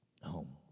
Home